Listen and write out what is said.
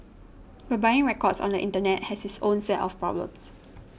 but buying records on the Internet has its own set of problems